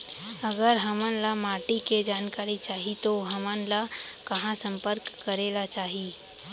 अगर हमन ला माटी के जानकारी चाही तो हमन ला कहाँ संपर्क करे ला चाही?